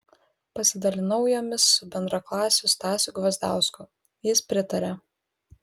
pasidalinau jomis su bendraklasiu stasiu gvazdausku jis pritarė